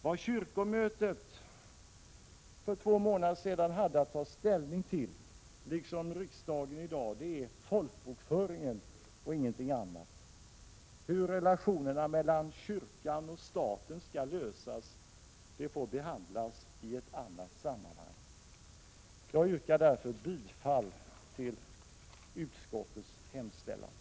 Vad kyrkomötet för två månader sedan hade att ta ställning till, liksom riksdagen i dag, var folkbokföringen och ingenting annat. Hur relationerna mellan kyrkan och staten skall utformas får behandlas i ett annat sammanhang. Jag yrkar bifall till utskottets hemställan.